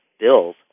bills